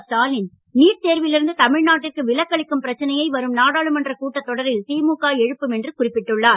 Stalin NEET தேர்விலிருந்து தமிழ்நாட்டிற்கு விலக்களிக்கும் பிரச்சினையை வரும் நாடாளுமன்ற கூட்டத்தொடரில் திமுக எழுப்பும் என்று குறிப்பிட்டுள்ளார்